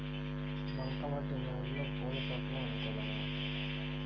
బంక మట్టి నేలలో పూల తోటలకు అనుకూలమా?